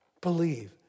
Believe